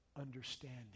understanding